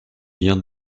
liens